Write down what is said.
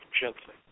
gently